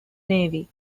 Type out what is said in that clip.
navy